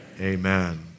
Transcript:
Amen